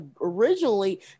originally